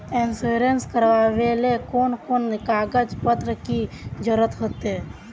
Insurance करावेल कोन कोन कागज पत्र की जरूरत होते?